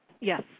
Yes